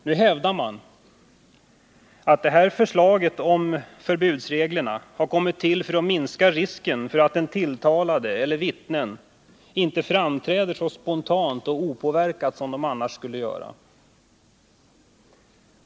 Nu hävdar man att förslaget om förbudsreglerna har kommit till för att minska risken för att den tilltalade eller vittnen inte framträder så spontant och opåverkat som de annars skulle göra.